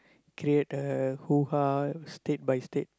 create a hoo-ha state by state